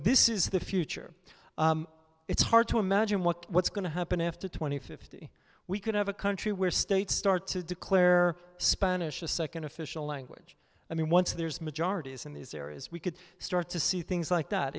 this is the future it's hard to imagine what what's going to happen after twenty fifty we could have a country where states start to declare spanish second official language i mean once there's majorities in these areas we could start to see things like that